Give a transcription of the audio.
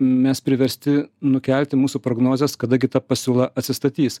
mes priversti nukelti mūsų prognozes kada gi ta pasiūla atsistatys